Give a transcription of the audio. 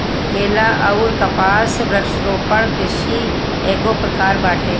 केला अउर कपास वृक्षारोपण कृषि एगो प्रकार बाटे